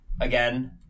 again